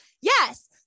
yes